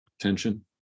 tension